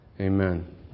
Amen